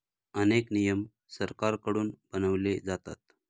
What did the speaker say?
अनेक नियम सरकारकडून बनवले जातात